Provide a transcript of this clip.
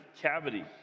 cavity